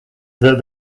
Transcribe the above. that